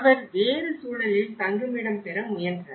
அவர் வேறு சூழலில் தங்குமிடம் பெற முயன்றார்